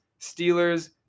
Steelers